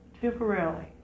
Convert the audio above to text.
temporarily